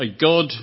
God